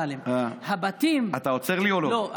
אמסלם, הבתים, אתה עוצר לי או לא?